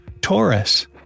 Taurus